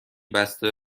بسته